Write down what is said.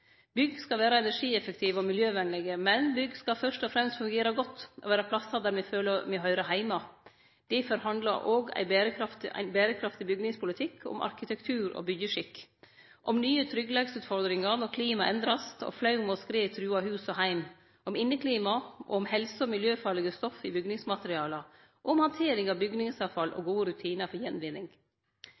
Bygg skal vere energieffektive og miljøvenlege. Men bygg skal fyrst og fremst fungere godt og vere plassar der me føler at me høyrer heime. Difor handlar ein berekraftig bygningspolitikk òg om arkitektur og byggjeskikk, om nye tryggleiksutfordringar når klimaet vert endra og flaum og skred trugar hus og heim, om inneklima, om helse- og miljøfarlege stoff i bygningsmaterialar, og om handteringa av bygningsavfall og gode rutinar for gjenvinning.